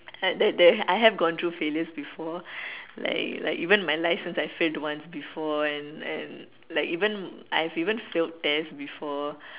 it they they I have gone through failures before like like even my life since I failed once before and and like even I've even failed test before